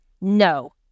No